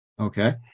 Okay